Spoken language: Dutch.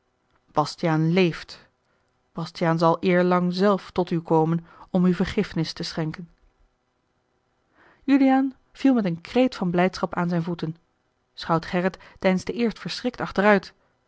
bastiaan leeft bastiaan zal eerlang zelf tot u komen om u vergiffenis te schenken juliaan viel met een kreet van blijdschap aan zijne voeten schout gerrit deinsde eerst verschrikt achteruit